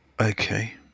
Okay